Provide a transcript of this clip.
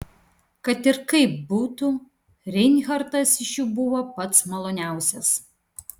kad ir kaip būtų reinhartas iš jų buvo pats maloniausias